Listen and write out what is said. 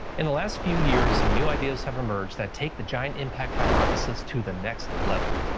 in the last few years some new ideas have emerged that take the giant impact hypothesis to the next level,